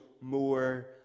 more